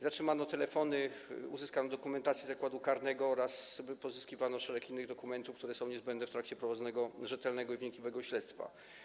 Zatrzymano telefony, uzyskano dokumentację z zakładu karnego oraz pozyskano szereg innych dokumentów, które są niezbędne w trakcie prowadzonego, rzetelnego i wnikliwego śledztwa.